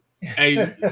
Hey